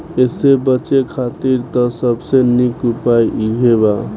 एसे बचे खातिर त सबसे निक उपाय इहे बा